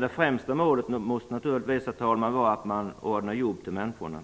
Det främsta målet, herr talman, måste naturligtvis vara att det ordnas jobb för människorna,